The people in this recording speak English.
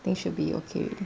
think should be okay already